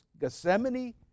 Gethsemane